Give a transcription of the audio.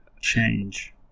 change